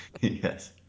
Yes